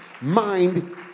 mind